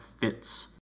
fits